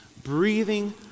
breathing